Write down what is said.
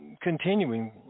continuing